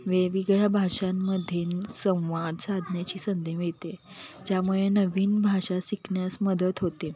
वेगवेगळ्या भाषांमध्ये संवाद साधण्याची संधी मिळते त्यामुळे नवीन भाषा शिकण्यास मदत होते